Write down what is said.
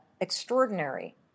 extraordinary